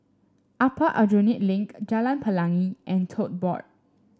Upper Aljunied Link Jalan Pelangi and Tote Board